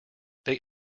they